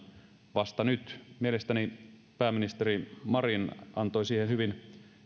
vasta nyt mielestäni pääministeri marin antoi siihen hyvin